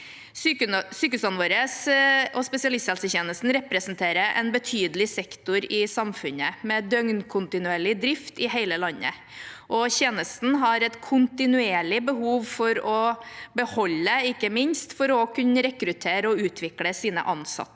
Sykehusene våre og spesialisthelsetjenesten representerer en betydelig sektor i samfunnet med døgnkontinuerlig drift i hele landet. Tjenesten har dermed et kontinuerlig behov for å beholde og ikke minst kunne rekruttere og utvikle sine ansatte.